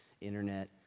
internet